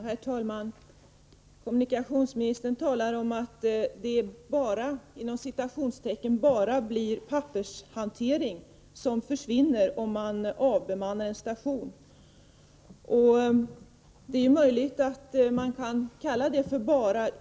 Herr talman! Kommunikationsministern talar om att det ”bara” blir pappershanteringen som försvinner om man avbemannar en station. Det är möjligt att man kan kalla det för ”bara”.